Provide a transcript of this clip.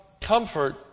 comfort